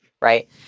right